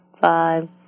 five